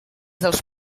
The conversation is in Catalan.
dels